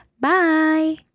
bye